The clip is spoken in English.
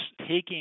taking